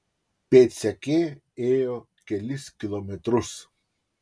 pėdsekė ėjo kelis kilometrus